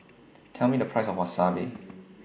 Tell Me The Price of Wasabi